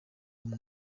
uwo